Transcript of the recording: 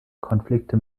konflikte